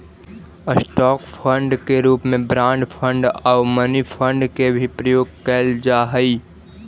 stock fund के रूप में बॉन्ड फंड आउ मनी फंड के भी प्रयोग कैल जा हई